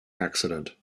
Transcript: accident